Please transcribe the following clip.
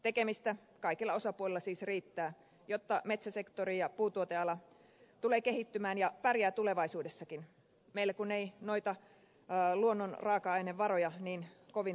tekemistä kaikilla osapuolilla siis riittää jotta metsäsektori ja puutuoteala tulee kehittymään ja pärjää tulevaisuudessakin meillä kun ei noita luonnon raaka ainevaroja niin kovin monia ole